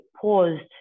paused